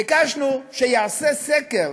ביקשנו שייעשה סקר